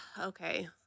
Okay